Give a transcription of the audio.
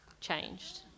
changed